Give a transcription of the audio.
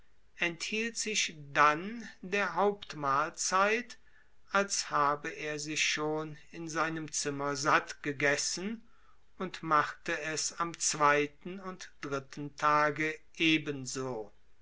enthielt sich dann der hauptmahlzeit als habe er sich schon in seinem zimmer satt gegessen und machte es am zweiten und dritten tage eben